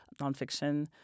nonfiction